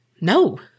no